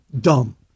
dumb